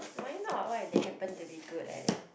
why not what if they happen to be good at it